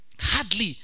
hardly